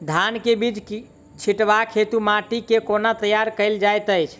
धान केँ बीज छिटबाक हेतु माटि केँ कोना तैयार कएल जाइत अछि?